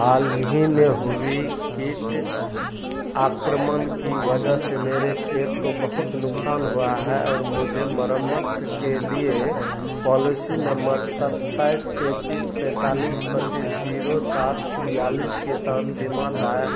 हाल ही में हुई कीट आक्रमण की वजह से मेरे खेत को बहुत नुकसान हुआ है और मुझे मरम्मत के लिए पॉलिसी नम्मर सत्ताईस तैंतीस पैंतालिस पच्चीस जीरो सात छियालिस के तहत बीमा दायर